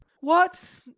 What